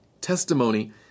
testimony